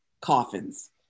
coffins